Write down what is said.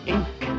Ink